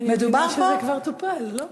אני מבינה שזה כבר טופל, לא?